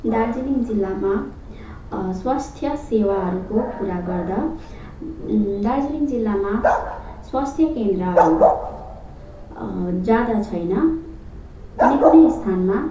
दार्जिलिङ जिल्लामा स्वास्थ्य सेवाहरूको कुरा गर्दा दार्जिलिङ जिल्लामा स्वास्थ्य केन्द्रहरू ज्यादा छैन कुनै कुनै स्थानमा